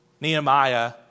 Nehemiah